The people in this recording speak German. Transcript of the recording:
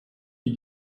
die